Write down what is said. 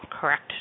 correct